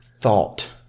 Thought